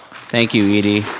thank you eddie.